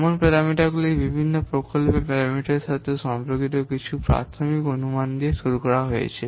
এমন প্যারামিটারগুলি বিভিন্ন প্রকল্পের প্যারামিটারের সাথে সম্পর্কিত কিছু প্রাথমিক অনুমান দিয়ে শুরু করা হয়েছে